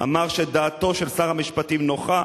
אמר שדעתו של שר המשפטים נוחה,